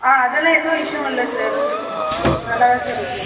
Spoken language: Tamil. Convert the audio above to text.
ஆ அதெல்லாம் எந்த ஒரு இஷ்யூவும் இல்லை சார் நல்லா தான் சார் இருக்குது